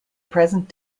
present